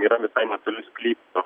yra netoli sklypo